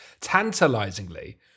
Tantalizingly